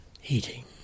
heating